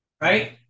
right